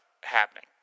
happening